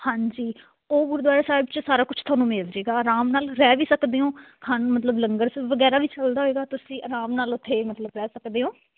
ਹਾਂਜੀ ਉਹ ਗੁਰਦੁਆਰਾ ਸਾਹਿਬ 'ਚ ਸਾਰਾ ਕੁਛ ਤੁਹਾਨੂੰ ਮਿਲ ਜਾਏਗਾ ਆਰਾਮ ਨਾਲ ਰਹਿ ਵੀ ਸਕਦੇ ਹੋ ਖਾਣ ਨੂੰ ਮਤਲਬ ਲੰਗਰ ਵਗੈਰਾ ਵੀ ਚਲਦਾ ਹੋਏਗਾ ਤੁਸੀਂ ਆਰਾਮ ਨਾਲ ਉੱਥੇ ਮਤਲਬ ਰਹਿ ਸਕਦੇ ਹੋ